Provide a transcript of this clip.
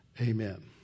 Amen